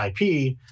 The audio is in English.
IP